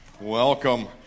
Welcome